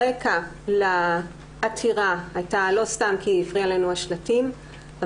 הרקע לעתירה היה לא סתם כי השלטים הפריעו לנו אלא